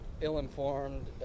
ill-informed